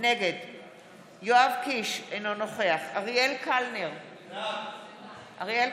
נגד יואב קיש, אינו נוכח אריאל קלנר, בעד